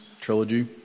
trilogy